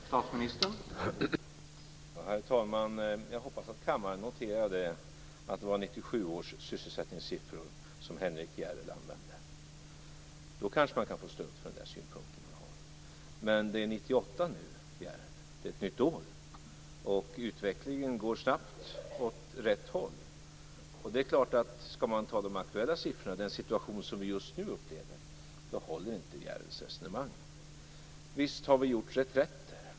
Herr talman! Jag hoppas att kammaren noterade att det var 1997 års sysselsättningssiffror som Henrik Järrel använde. Utifrån dem kanske han kan få stöd för sin synpunkt. Men det är 1998 nu, Järrel. Det är ett nytt år, och utvecklingen går snabbt åt rätt håll. Mot bakgrund av de aktuella siffrorna, den situation som vi just nu upplever, håller inte Järrels resonemang. Visst har vi gjort reträtter.